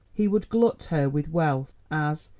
he would glut her with wealth as,